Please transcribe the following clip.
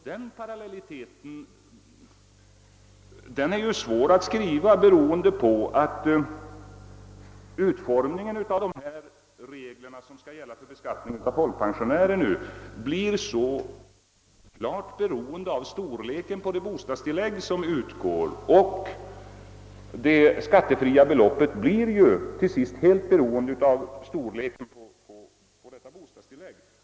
Den parallelliteten är ju också svår att uppnå, beroende på att reglerna för beskattningen av folkpensionärer nu blir så klart avhängiga av det bostadstillägg som utgår. Det skattefria beloppet bestämmes ju till sist helt av bostadstilläggets storlek.